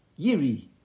Yiri